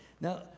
Now